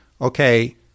okay